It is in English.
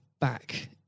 back